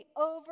over